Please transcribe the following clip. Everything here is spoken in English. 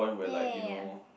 ya ya ya